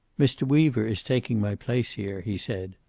mr. weaver is taking my place here, he said,